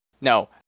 No